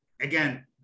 again